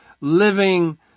living